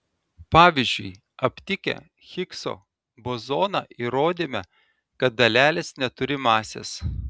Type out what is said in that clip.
pavyzdžiui aptikę higso bozoną įrodėme kad dalelės neturi masės